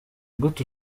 gute